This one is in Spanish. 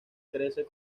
crecen